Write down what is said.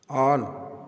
on